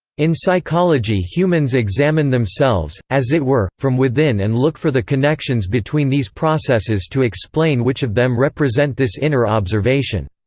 in psychology humans examine themselves, as it were, from within and look for the connections between these processes to explain which of them represent this inner observation.